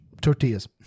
tortillas